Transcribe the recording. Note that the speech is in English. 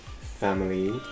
family